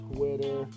Twitter